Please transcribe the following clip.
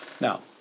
Now